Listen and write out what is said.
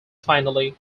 finally